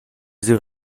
sur